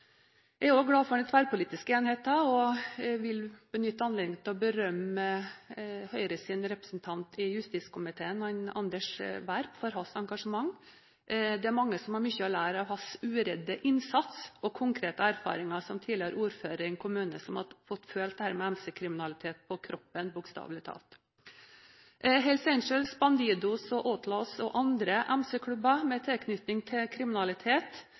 Jeg er også glad for den tverrpolitiske enigheten, og vil benytte anledningen til å berømme Høyres representant i justiskomiteen, Anders Werp, for hans engasjement. Det er mange som har mye å lære av hans uredde innsats og konkrete erfaringer som tidligere ordfører i en kommune som har fått føle dette med MC-kriminaliteten på kroppen, bokstavelig talt. Hells Angels, Bandidos, Outlaws og andre MC-klubber med tilknytning til kriminalitet